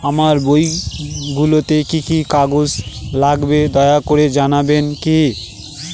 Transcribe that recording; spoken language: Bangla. আমার বই খুলতে কি কি কাগজ লাগবে দয়া করে জানাবেন কি?